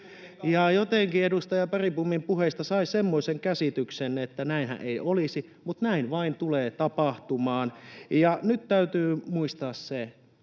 Jotenkin edustaja Bergbomin puheista sai semmoisen käsityksen, että näinhän ei olisi. Mutta näin vain tulee tapahtumaan. Ja nyt täytyy muistaa se,